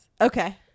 okay